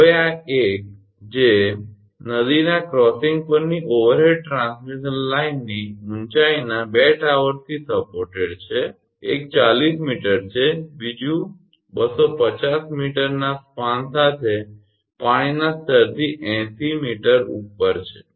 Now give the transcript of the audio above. હવે આ એક કે જે નદીના ક્રોસિંગ પરની ઓવરહેડ ટ્રાન્સમિશન લાઇનની ઊંચાઇના બે ટાવર્સથી સપોર્ટેડ છે એક 40 𝑚 છે અને બીજું 250 𝑚 ના સ્પાન સાથે પાણીના સ્તરથી 80 𝑚 ઉપર છે